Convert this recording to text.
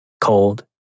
cold